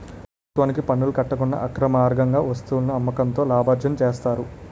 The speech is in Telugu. ప్రభుత్వానికి పనులు కట్టకుండా అక్రమార్గంగా వస్తువులను అమ్మకంతో లాభార్జన చేస్తారు